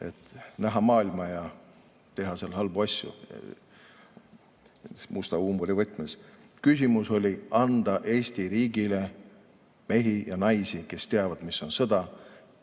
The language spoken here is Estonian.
näha maailma ja teha seal halbu asju. Musta huumori võtmes. [Eesmärk] oli anda Eesti riigile mehi ja naisi, kes teavad, mis on sõda,